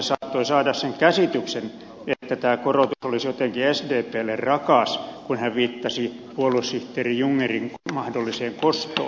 siitä saattoi saada sen käsityksen että tämä korotus olisi jotenkin sdplle rakas kun hän viittasi puoluesihteeri jungnerin mahdolliseen kostoon